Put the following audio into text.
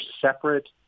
separate